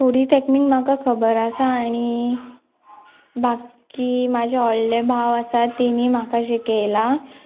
थोडीं टेकनीक म्हाका खबर आसा आनी बाकी म्हाजे व्हडले भाव आसा तेणी म्हाका शिकयलां